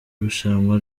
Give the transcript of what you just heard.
rushanwa